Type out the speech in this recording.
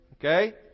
Okay